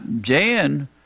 Jan